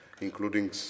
including